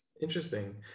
Interesting